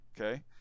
Okay